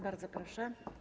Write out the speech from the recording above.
Bardzo proszę.